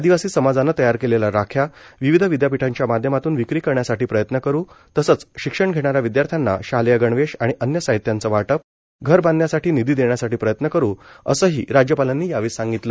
आदिवासी समाजानं तयार केलेल्या राख्या विविध विदयापीठाच्या माध्यमातून विक्री करण्यासाठी प्रयत्न करू तसच शिक्षण घेणाऱ्या विध्यार्थ्यांना शालेय गणवेश आणि अन्य साहित्याचे वाटप घर बांधण्यासाठी निधी देण्यासाठी प्रयत्न करू असं ही राज्यपालांनी सांगितलं